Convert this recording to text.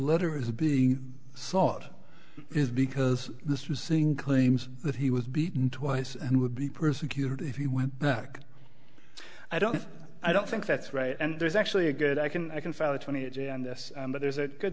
letter is being sought is because this missing claims that he was beaten twice and would be persecuted if you went back i don't i don't think that's right and there's actually a good i can i can file a twenty a day on this but there's a good